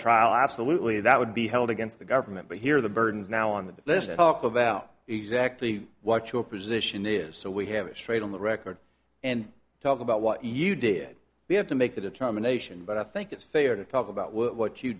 trial absolutely that would be held against the government but here the burden is now on the lesson about exactly what your position is so we have it straight on the record and talk about what you did we have to make a determination but i think it's fair to talk about what